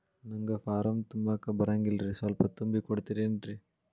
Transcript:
ನಂಗ ಫಾರಂ ತುಂಬಾಕ ಬರಂಗಿಲ್ರಿ ಸ್ವಲ್ಪ ತುಂಬಿ ಕೊಡ್ತಿರೇನ್ರಿ?